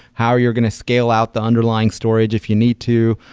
how you're going to scale out the underlying storage if you need to.